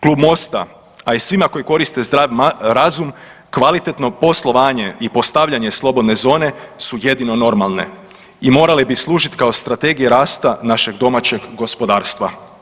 Klub Mosta, a i svima koji koriste zdrav razum, kvalitetno poslovanje i postavljanje slobodne zone su jedino normalne i morale bi služiti kao strategija rasta našeg domaćeg gospodarstva.